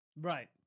Right